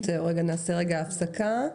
נעשה הפסקה.